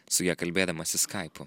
su ja kalbėdamasi skaipu